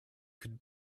could